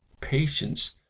patience